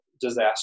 disaster